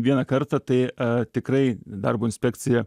vieną kartą tai tikrai darbo inspekcija